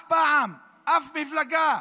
אף פעם, אף מפלגה,